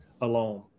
alone